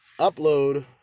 upload